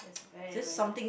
very very nice